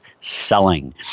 selling